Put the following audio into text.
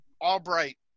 Albright